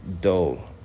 dull